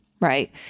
Right